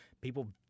People